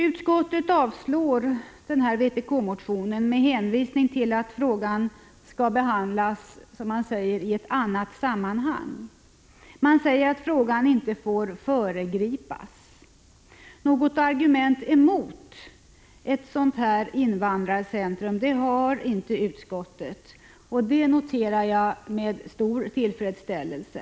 Utskottet avstyrker vpk-motionen med hänvisning till att frågan, som man säger, skall behandlas i ett annat sammanhang. Utskottet menar att frågan inte får föregripas. Något argument emot ett invandrarcentrum anför inte utskottet, och det noterar jag med stor tillfredsställelse.